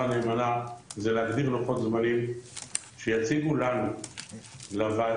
נאמנה זה להגדיר לוחות זמנים שיציגו לנו לוועדה,